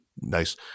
nice